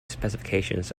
specifications